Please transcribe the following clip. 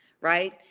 right